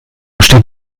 steht